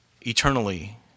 eternally